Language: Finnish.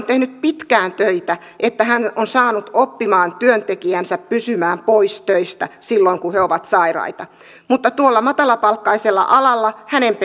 tehnyt pitkään töitä jotta hän on saanut oppimaan työntekijänsä pysymään pois töistä silloin kun he ovat sairaita mutta tuolla matalapalkkaisella alalla hänen